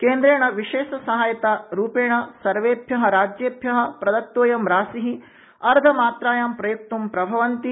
केन्द्रेण विशेष सहायता रूपेण सर्वेभ्यः राज्येभ्यः संदत्ता इयं राशि अर्धमात्रया प्रय्क्त् प्रभवन्ति